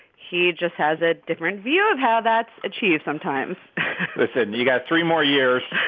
he just has a different view of how that's achieved sometimes listen. you got three more years.